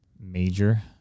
major